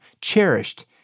cherished